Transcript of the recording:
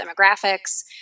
demographics